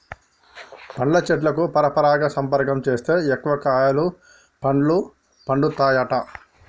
పండ్ల చెట్లకు పరపరాగ సంపర్కం చేస్తే ఎక్కువ కాయలు పండ్లు పండుతాయట